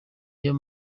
iyo